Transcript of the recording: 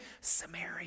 Samaria